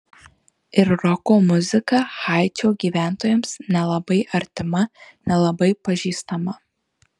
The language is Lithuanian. ir roko muzika haičio gyventojams nelabai artima nelabai pažįstama